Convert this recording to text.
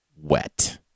Wet